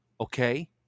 Okay